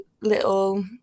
little